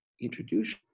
introduce